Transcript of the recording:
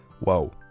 Whoa